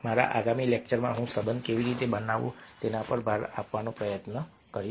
મારા આગામી લેક્ચરમાં હું સંબંધ કેવી રીતે બનાવવો તેના પર ભાર આપવાનો પ્રયત્ન કરીશ